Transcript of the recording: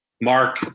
Mark